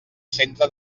centre